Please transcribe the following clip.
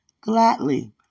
gladly